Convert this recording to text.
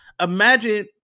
Imagine